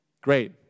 great